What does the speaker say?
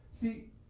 See